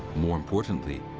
more importantly,